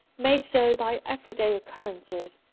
made so by every-day occurrences,